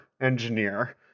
engineer